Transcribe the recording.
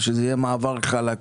שזה יהיה מעבר חלק.